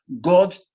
God